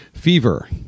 Fever